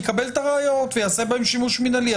יקבל את הראיות ויעשה בהן שימוש מינהלי.